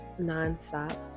nonstop